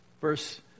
Verse